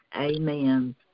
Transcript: Amen